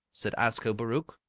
said ascobaruch.